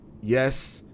yes